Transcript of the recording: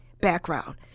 background